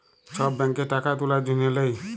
ছব ব্যাংকে টাকা তুলার জ্যনহে লেই